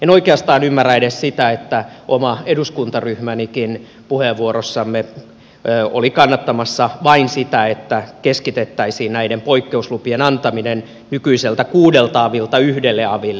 en oikeastaan ymmärrä edes sitä että oma eduskuntaryhmänikin puheenvuorossamme oli kannattamassa vain sitä että keskitettäisiin näiden poikkeuslupien antaminen nykyiseltä kuudelta avilta yhdelle aville